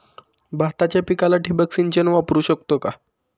भाताच्या पिकाला ठिबक सिंचन वापरू शकतो का?